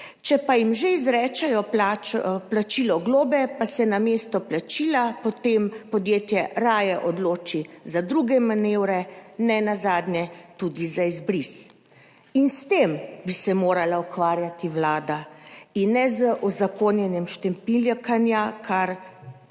Če pa jim že izrečejo plačilo globe, pa se namesto plačila potem podjetje raje odloči za druge manevre, nenazadnje tudi za izbris. In s tem bi se morala ukvarjati vlada in ne z uzakonjenjem štempiljakanja kar